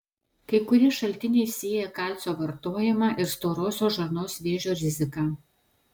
kai kurie šaltiniai sieja kalcio vartojimą ir storosios žarnos vėžio riziką